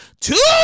two